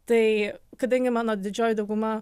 tai kadangi mano didžioji dauguma